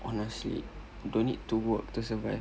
honestly don't need to work to survive